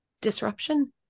disruption